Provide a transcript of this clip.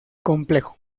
complejo